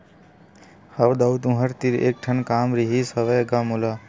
हव दाऊ तुँहर तीर एक ठन काम रिहिस हवय गा मोला